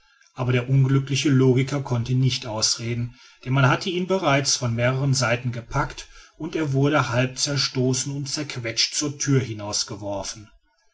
aber der unglückliche logiker konnte nicht ausreden denn man hatte ihn bereits von mehreren seiten gepackt und er wurde halb zerstoßen und zerquetscht zur thür